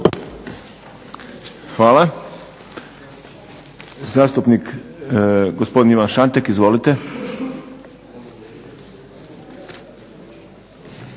Hvala. Zastupnik gospodin Ivan Šantek. Izvolite.